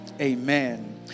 Amen